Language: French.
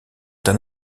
d’un